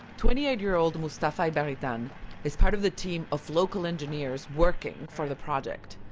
twenty-eight-year-old mustapha ibarritane is part of the team of local engineers working for the project.